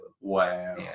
wow